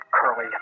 Curly